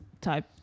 type